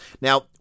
Now